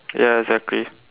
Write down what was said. ya exactly